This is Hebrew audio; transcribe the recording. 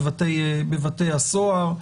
בבתי הסוהר.